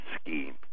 scheme